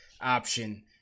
option